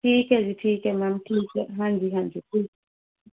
ਠੀਕ ਹੈ ਜੀ ਠੀਕ ਹੈ ਮੈਮ ਠੀਕ ਹੈ ਹਾਂਜੀ ਹਾਂਜੀ